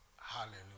Hallelujah